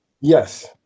Yes